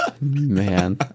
Man